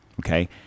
Okay